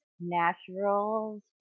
naturals